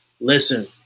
Listen